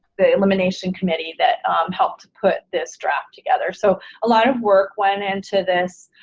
the elimination committee, that helped to put this draft together so a lot of work went into this